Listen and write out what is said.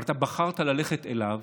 אבל אתה בחרת ללכת אליו